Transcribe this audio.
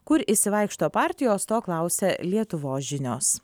kur išsivaikšto partijos to klausia lietuvos žinios